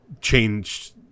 changed